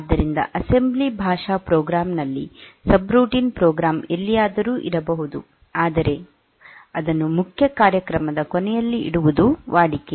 ಆದ್ದರಿಂದ ಅಸೆಂಬ್ಲಿ ಭಾಷಾ ಪ್ರೋಗ್ರಾಂ ನಲ್ಲಿ ಸಬ್ರುಟೀನ್ ಪ್ರೋಗ್ರಾಂ ಎಲ್ಲಿಯಾದರೂ ಇರಬಹುದು ಆದರೆ ಮುಖ್ಯ ಕಾರ್ಯಕ್ರಮದ ಕೊನೆಯಲ್ಲಿ ಇಡುವುದು ವಾಡಿಕೆ